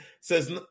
says